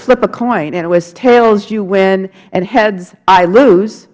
flip a coin and it was tails you win and heads i lose